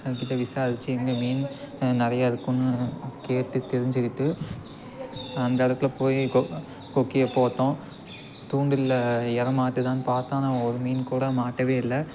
அவங்கக்கிட்ட விசாரித்து எங்கே மீன் நிறையா இருக்கும்னு கேட்டு தெரிஞ்சுக்கிட்டு அந்த இடத்துல போய் கொ கொக்கியை போட்டோம் தூண்டிலில் எரை மாட்டுதானு பார்த்தோம் ஆனால் ஒரு மீன் கூட மாட்டவே இல்லை